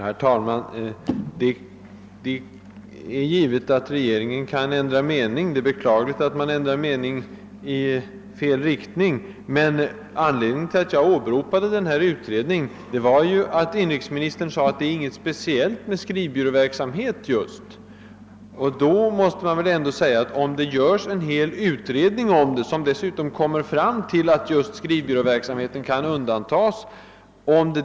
Herr talman! Det är givet att rege ringen kan ändra mening — det är beklagligt att man ändrar mening i fel riktning. Orsaken till att jag åberopade utredningen var emellertid att inrikesministern sade att det är inget speciellt med just skrivbyråverksamhet. Men det har ju gjorts en hel uiredning om saken, som har kommit fram till att skrivbyråverksamheten kan undantas.